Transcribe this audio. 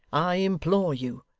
i implore you.